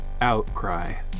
Outcry